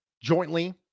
jointly